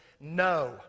no